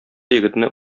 егетне